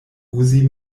uzi